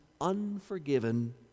unforgiven